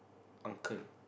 uncle